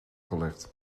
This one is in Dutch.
gelegd